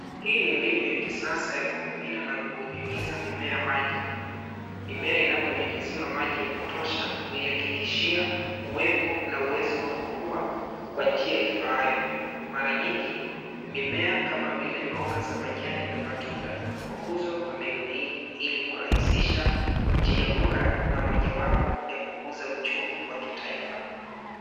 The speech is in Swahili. Hii ni mbinu ya kisasa ya kumimina na kunyunyiza mimea maji. Mimea inaponyunyiziwa maji ya kutosha huihakikishia uwepo na uwezo wa kukua kwa njia ifaayo. Mara nyingi, mimea kama vile mboga za majani na matunda, hukuzwa kwa mbinu hii ili kurahisisha njia bora na mojawapo ya kukuza uchumi wa kitaifa.